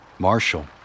Marshall